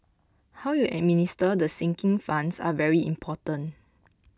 how you administer the sinking funds are very important